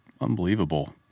unbelievable